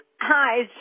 Hi